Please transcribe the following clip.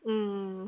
mm